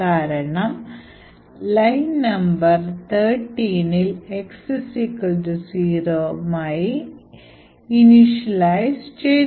കാരണം line number 13ൽ x 0 മായി initialise ചെയ്തു